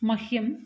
मह्यम्